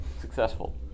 successful